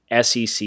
SEC